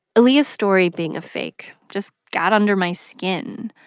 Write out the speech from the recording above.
aaliyah's story being a fake just got under my skin.